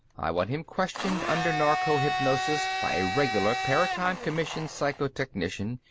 i want him questioned under narco-hypnosis by a regular paratime commission psycho-technician,